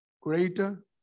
greater